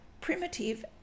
primitive